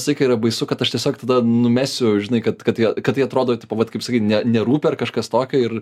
visą laiką yra baisu kad aš tiesiog tada numesiu žinai kad kad jo kad tai atrodo tipo vat kaip sakyt ne nerūpi ar kažkas tokio ir